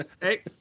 hey